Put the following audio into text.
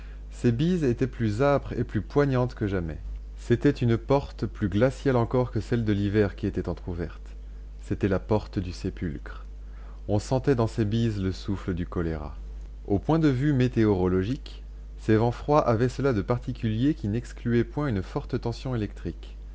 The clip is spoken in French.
ces bises étaient plus âpres et plus poignantes que jamais c'était une porte plus glaciale encore que celle de l'hiver qui était entr'ouverte c'était la porte du sépulcre on sentait dans ces bises le souffle du choléra au point de vue météorologique ces vents froids avaient cela de particulier qu'ils n'excluaient point une forte tension électrique